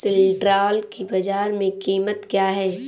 सिल्ड्राल की बाजार में कीमत क्या है?